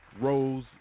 Rose